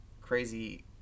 crazy